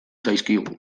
zaizkigu